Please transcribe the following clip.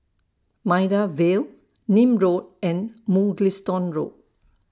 Maida Vale Nim Road and Mugliston Road